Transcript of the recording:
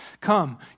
Come